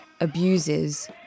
abuses